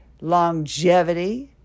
longevity